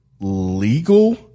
legal